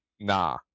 nah